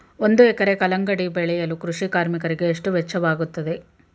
ಒಂದು ಎಕರೆ ಕಲ್ಲಂಗಡಿ ಬೆಳೆಯಲು ಕೃಷಿ ಕಾರ್ಮಿಕರಿಗೆ ಎಷ್ಟು ವೆಚ್ಚವಾಗುತ್ತದೆ?